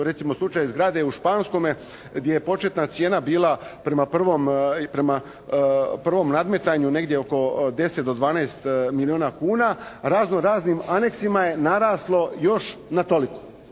recimo slučaj zgrade u Španskome, gdje je početna cijena bila prema prvom nadmetanju negdje oko 10 do 12 milijuna kuna, razno-raznim anexima je naraslo još na toliko.